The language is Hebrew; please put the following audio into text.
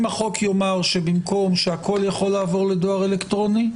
החוק יאמר שבמקום שהכול יכול לעבור לדואר האלקטרוני,